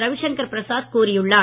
ரவிசங்கர் பிரசாத் கூறியுள்ளார்